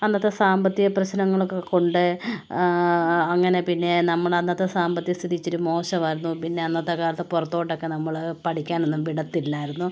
അന്നത്തെ സാമ്പത്തിക പ്രശ്നങ്ങളൊക്കെ കൊണ്ട് അങ്ങനെ പിന്നെ നമ്മളെ അന്നത്തെ സാമ്പത്തിക സ്ഥിതി ഇച്ചിരി മോശമായിരുന്നു പിന്നെ അന്നത്തെ കാലത്ത് പുറത്തോട്ടൊക്കെ നമ്മളെ പഠിക്കാനൊന്നും വിടത്തില്ലായിരുന്നു